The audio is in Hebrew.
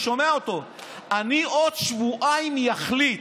"אני עוד שבועיים אחליט".